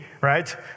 right